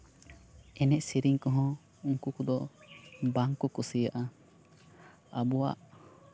ᱮᱱᱮᱡ ᱥᱮᱨᱮᱧ ᱠᱚᱦᱚᱸ ᱩᱱᱠᱩ ᱠᱚᱫᱚ ᱵᱟᱝᱠᱚ ᱠᱩᱥᱤᱭᱟᱜᱼᱟ ᱟᱵᱚᱣᱟᱜ